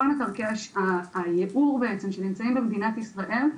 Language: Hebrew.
כל קרקעי הייעור בעצם שנמצאים במדינת ישראל,